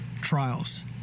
trials